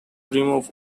remove